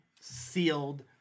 sealed